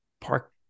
park